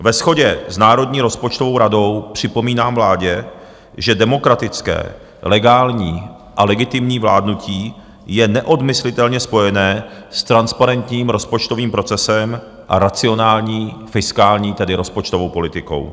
Ve shodě s Národní rozpočtovou radou připomínám vládě, že demokratické, legální a legitimní vládnutí je neodmyslitelně spojené s transparentním rozpočtovým procesem a racionální fiskální, tedy rozpočtovou politikou.